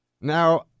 Now